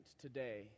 today